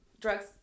Drugs